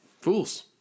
Fools